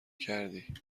کردی